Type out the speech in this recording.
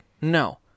No